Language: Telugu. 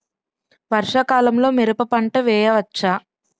వర్షాకాలంలో మిరప పంట వేయవచ్చా?